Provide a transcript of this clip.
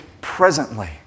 presently